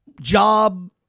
job